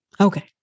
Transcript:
Okay